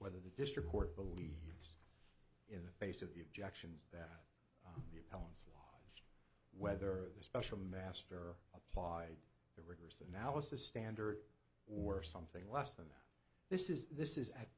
whether the district court believed in the face of the objections that whether the special matter applied rigorous analysis standard or something less than this is this is at